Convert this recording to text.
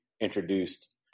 introduced